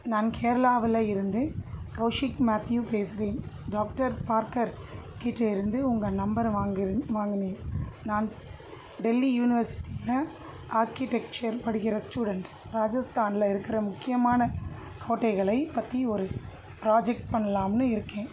நான் கேரளாவில் இருந்து கௌஷிக் மேத்யூ பேசகிறேன் டாக்டர் பார்க்கர் கிட்ட இருந்து உங்கள் நம்பரை வாங்கிரு வாங்கினேன் நான் டெல்லி யூனிவர்சிட்டியில் ஆர்க்கிடெக்சர் படிக்கிற ஸ்டூடண்ட் ராஜஸ்தானில் இருக்கிற முக்கியமான கோட்டைகளை பற்றி ஒரு ப்ராஜெக்ட் பண்ணலாம்னு இருக்கேன்